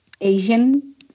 Asian